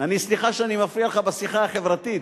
סליחה שאני מפריע לך בשיחה החברתית.